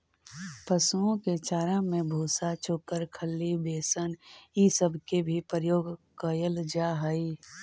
पशुओं के चारा में भूसा, चोकर, खली, बेसन ई सब के भी प्रयोग कयल जा हई